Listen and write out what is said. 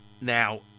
Now